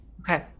Okay